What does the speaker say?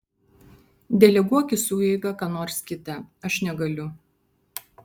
deleguok į sueigą ką nors kitą aš negaliu